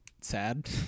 sad